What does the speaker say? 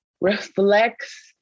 reflects